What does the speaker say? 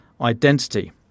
identity